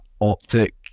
Optic